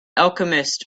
alchemist